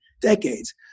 decades